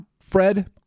Fred